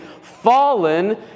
fallen